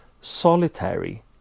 Solitary